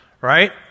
right